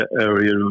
area